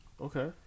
Okay